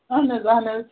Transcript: اَہَن حظ اَہَن حظ